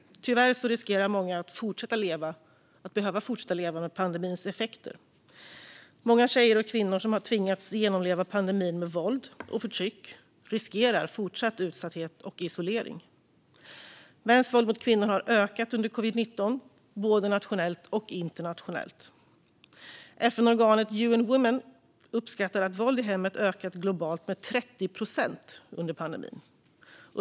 Tyvärr riskerar många att behöva fortsätta leva med pandemins effekter. Många tjejer och kvinnor som har tvingats genomleva pandemin med våld och förtryck riskerar fortsatt utsatthet och isolering. Mäns våld mot kvinnor har ökat under covid-19, både nationellt och internationellt. FN-organet UN Women uppskattar att våld i hemmet globalt har ökat med 30 procent under pandemin.